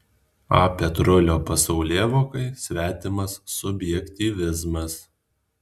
a petrulio pasaulėvokai svetimas subjektyvizmas